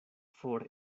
for